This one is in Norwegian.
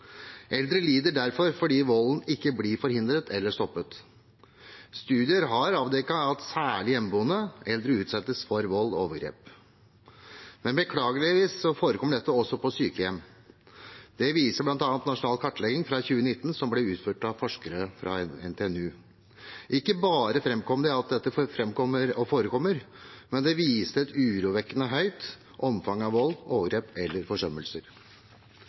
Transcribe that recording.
Eldre lider fordi volden ikke blir forhindret eller stoppet. Studier har avdekket at særlig hjemmeboende eldre utsettes for vold og overgrep, men beklageligvis forekommer dette også på sykehjem. Det viser bl.a. en nasjonal kartlegging fra 2019 som ble utført av forskere fra NTNU. Ikke bare framkom det at dette forekommer, men det viste seg å være et urovekkende høyt omfang av vold, overgrep eller forsømmelser.